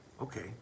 okay